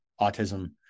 autism